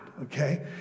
okay